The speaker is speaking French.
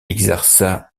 exerça